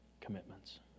commitments